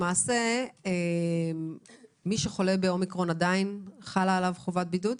למעשה מי שחולה באומיקרון עדיין חלה עליו חובת בידוד?